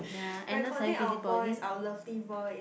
recording our voice our lovely voice